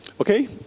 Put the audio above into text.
Okay